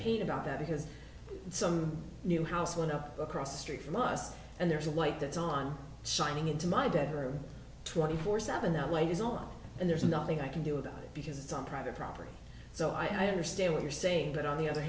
pain about that because some new house went up across the street from us and there's a light that's on shining into my bedroom twenty four seven that way is on and there's nothing i can do about it because it's on private property so i understand what you're saying but on the other